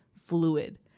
fluid